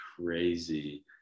crazy